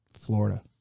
Florida